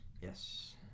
Yes